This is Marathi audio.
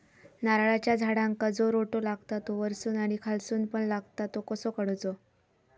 नारळाच्या झाडांका जो रोटो लागता तो वर्सून आणि खालसून पण लागता तो कसो काडूचो?